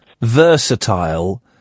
versatile